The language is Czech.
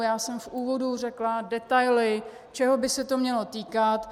Já jsem v úvodu řekla detaily, čeho by se to mělo týkat.